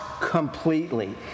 completely